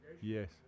yes